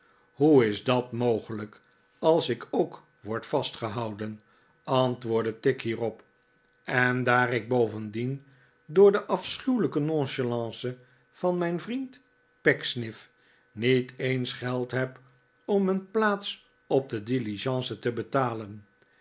hoe is dat mogelijk als ik ook word vastgehouden antwoordde tigg hierop en daar ik bovendien door de afschuwelijke nonchalance van mijn vriend pecksniff niet eens geld heb om een plaats op de diligence te betalen